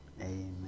Amen